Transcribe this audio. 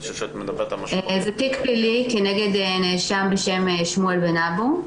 זה תיק פלילי כנגד נאשם בשם שמואל בן אבו.